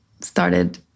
started